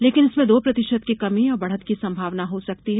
लेकिन इसमें दो प्रतिशत की कमी या बढ़त की संभावना हो सकती है